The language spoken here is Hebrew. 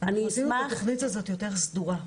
אנחנו עשינו את התכנית הזאת יותר סדורה,